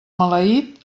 maleït